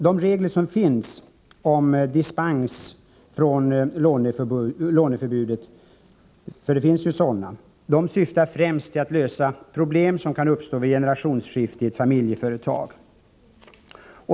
De regler som finns om dispens från låneförbudet — det finns ju sådana — syftar främst till att lösa de problem som kan uppstå vid generationsskifte i ett familjeföretag.